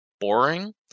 Boring